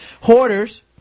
Hoarders